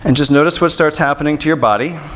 and just notice what starts happening to your body,